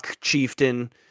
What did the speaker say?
chieftain